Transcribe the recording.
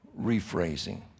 rephrasing